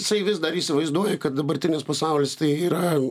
jisai vis dar įsivaizduoja kad dabartinis pasaulis tai yra